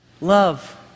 love